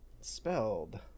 spelled